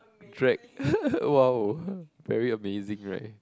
drag !wow! very amazing right